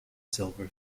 silver